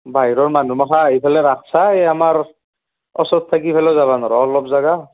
বাহিৰৰ মানুহমখাই আহি পেলাই ৰাস চায় আমাৰ ওচৰত থাকি পেলাই যাবা নোৱাৰোঁ অলপ জেগা